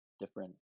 different